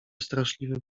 straszliwy